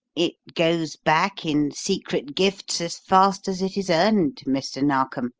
it goes back, in secret gifts, as fast as it is earned, mr. narkom